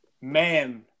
Man